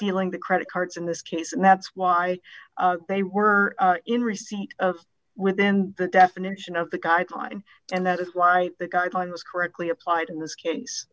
aling the credit cards in this case and that's why they were in receipt within the definition of the guideline and that is why the guidelines correctly applied in this case